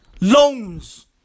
loans